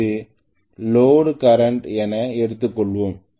இது no load current என எடுத்துக்கொள்வோம்